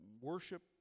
worship